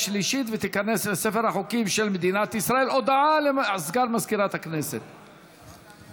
64 בעד, אין מתנגדים, אין